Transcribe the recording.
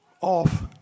off